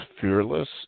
fearless